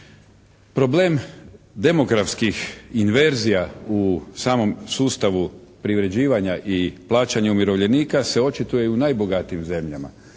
Problem demografskih inverzija u samom sustavu privređivanja i plaćanja umirovljenika se očituje i u najbogatijim zemljama.